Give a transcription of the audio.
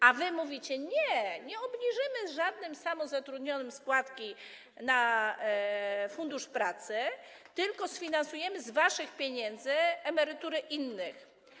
A wy mówicie: Nie, nie obniżymy żadnym samozatrudnionym składki na Fundusz Pracy, tylko sfinansujemy z ich pieniędzy emerytury innych.